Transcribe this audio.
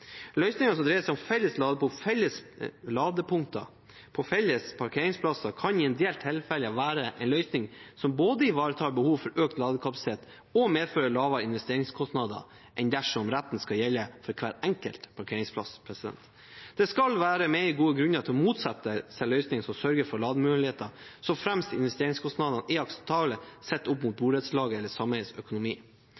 som dreier seg om felles ladepunkter på felles parkeringsplasser, kan i en del tilfeller være en løsning som både ivaretar behovet for økt ladekapasitet og medfører lavere investeringskostnader enn dersom retten skal gjelde for hver enkelt parkeringsplass. Det skal være mer gode grunner til å motsette seg løsninger som sørger for lademuligheter, såframt investeringskostnadene er akseptable sett opp mot